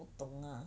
我懂 lah